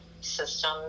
system